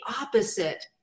opposite